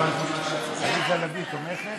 גם עליזה לביא תומכת?